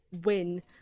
win